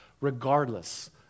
regardless